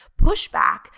pushback